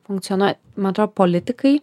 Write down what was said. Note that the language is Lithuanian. funkcionuoja man atrodo politikai